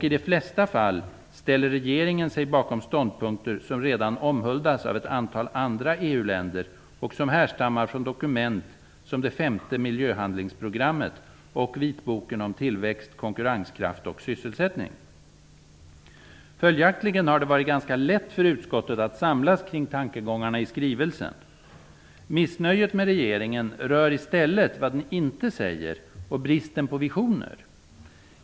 I de flesta fall ställer regeringen sig bakom ståndpunkter som redan omhuldas av ett antal andra EU-länder och som härstammar från dokument som det femte miljöhandlingsprogrammet och vitboken om tillväxt, konkurrenskraft och sysselsättning. Följaktligen har det varit ganska lätt för utskottet att samlas kring tankegångarna i skrivelsen. Missnöjet med regeringen rör i stället vad den inte säger och bristen på visioner.